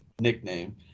nickname